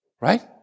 Right